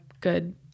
good